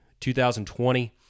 2020